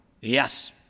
Yes